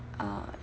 uh